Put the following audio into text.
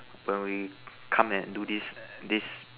when we come and do this this